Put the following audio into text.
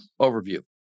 overview